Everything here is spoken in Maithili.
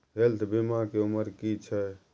हेल्थ बीमा के उमर की छै?